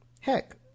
Heck